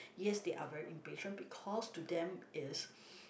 yes they are very impatient because to them is